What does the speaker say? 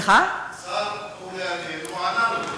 השר אורי אריאל, הוא ענה לו.